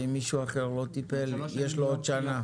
ואם מישהו אחר לא טיפל, יש לו עוד שנה.